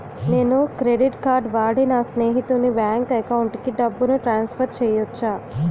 నేను credit card వాడి నా స్నేహితుని బ్యాంక్ అకౌంట్ కి డబ్బును ట్రాన్సఫర్ చేయచ్చా?